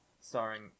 starring